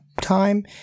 time